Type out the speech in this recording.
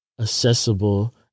accessible